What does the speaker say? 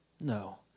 No